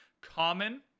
common